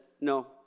no